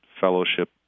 fellowship